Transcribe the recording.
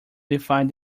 define